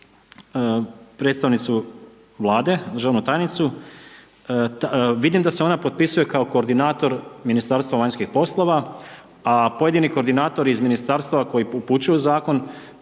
predstavnicu Vlade, državnu tajnicu, vidim da se ona potpisuje kao koordinator Ministarstva vanjskih poslova a pojedini koordinatori iz ministarstva koji upućuju zakon